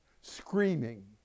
screaming